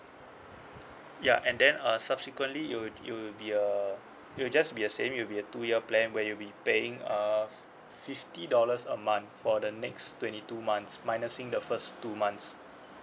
ya and then uh subsequently it'll it'l be uh it'll just be the same it'll be a two year plan where you'll be paying uh fifty dollars a month for the next twenty two months minusing the first two months